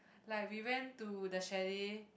like we went to the chalet